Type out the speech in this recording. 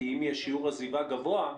כי אם יש שיעור עזיבה גבוה,